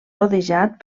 rodejat